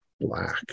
black